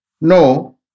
No